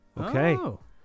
Okay